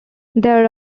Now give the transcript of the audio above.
there